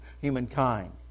humankind